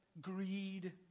greed